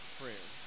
prayer